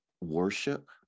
worship